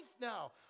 now